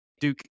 Duke